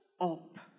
up